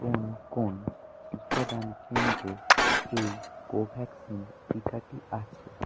কোন কোন টিকাদান কেন্দ্রে এই কোভ্যাক্সিন টিকাটি আছে